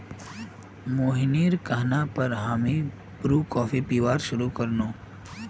मोहिनीर कहना पर हामी ब्रू कॉफी पीबार शुरू कर नु